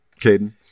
caden